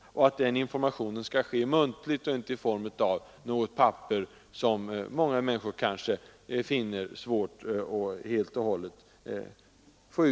Och den informa tionen skall ske muntligt och inte i form av något papper, som många människor kanske finner svårtillgängligt.